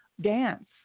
dance